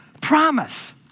promise